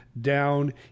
down